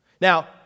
Now